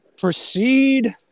Proceed